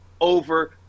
over